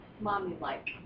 mommy-like